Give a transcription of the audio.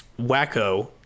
Wacko